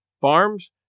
farms